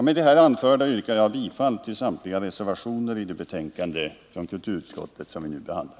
Med det anförda yrkar jag bifall till samtliga reservationer till det betänkande från kulturutskottet som vi nu behandlar.